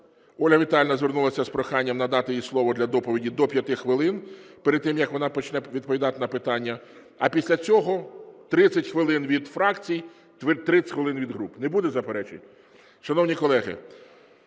Ольга Віталіївна звернулась з прохання надати їй слово для доповіді до 5 хвилин, перед тим як вона почне відповідати на питання, а після цього 30 хвилин – від фракцій, 30 хвилин – від груп. Не буде заперечень? Шановні колеги,